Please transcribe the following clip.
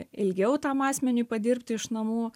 ilgiau tam asmeniui padirbti iš namų